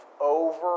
over